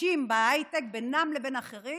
נשים בהייטק, בינן לבין אחרים,